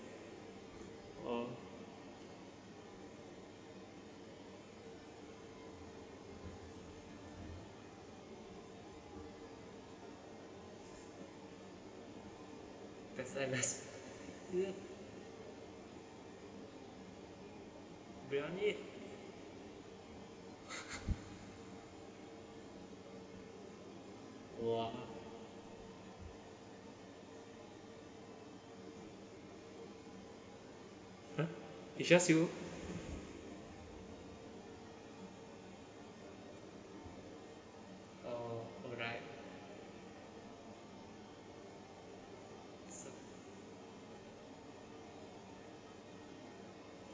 oh N_S briyani !wah! it's just you oh alright